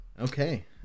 Okay